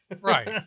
Right